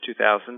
2000